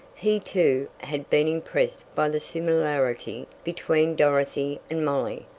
he, too, had been impressed by the similarity between dorothy and molly,